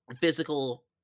physical